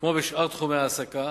כמו בשאר תחומי ההעסקה.